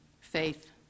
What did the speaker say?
faith